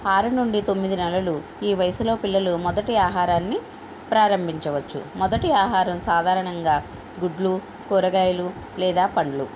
ఆరు నుండి తొమ్మిది నెలలు ఈ వయసులో పిల్లలు మొదటి ఆహారాన్ని ప్రారంభించవచ్చు మొదటి ఆహారం సాధారణంగా గుడ్లు కూరగాయలు లేదా పండ్లు